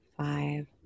five